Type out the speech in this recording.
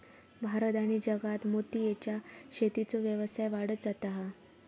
भारत आणि जगात मोतीयेच्या शेतीचो व्यवसाय वाढत जाता हा